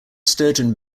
sturgeon